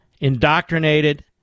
indoctrinated